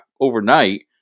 overnight